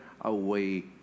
away